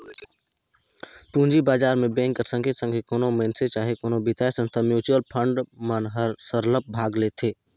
पूंजी बजार में बेंक कर संघे संघे कोनो मइनसे चहे कोनो बित्तीय संस्था, म्युचुअल फंड मन हर सरलग भाग लेथे